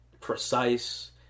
precise